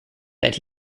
that